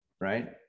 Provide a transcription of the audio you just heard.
right